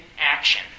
action